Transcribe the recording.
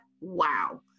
wow